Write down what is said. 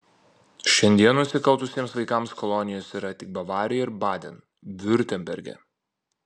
šiandien nusikaltusiems vaikams kolonijos yra tik bavarijoje ir baden viurtemberge